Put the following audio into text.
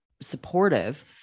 supportive